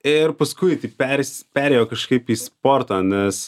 ir paskui taip pers perėjo kažkaip į sportą nes